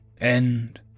End